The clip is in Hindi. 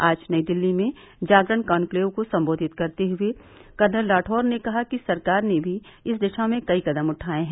आज नई दिल्ली में जागरण कॉनक्लेव को संबोधित करते हुए कर्नल रातौड़ ने कहा कि सरकार ने भी इस दिशा में कई कदम उठाये है